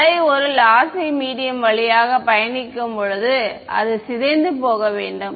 அலை ஒரு lossy medium வழியாக பயணிக்கும்போது அது சிதைந்து போக வேண்டும்